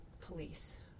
police